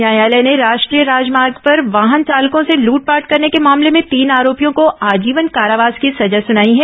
न्यायालय ने राष्ट्रीय राजमार्ग पर वाहन चालकों से लूटपाट करने के मामले में तीन आरोपियों को आजीवन कारावास की सजा सुनाई है